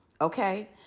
okay